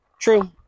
True